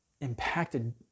impacted